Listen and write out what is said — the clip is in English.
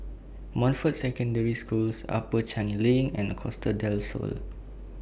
Montfort Secondary Schools Upper Changi LINK and Costa Del Sol